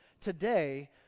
Today